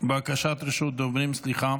בקשת רשות דיבור.